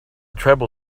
tribal